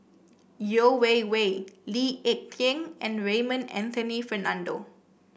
Yeo Wei Wei Lee Ek Tieng and Raymond Anthony Fernando